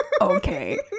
Okay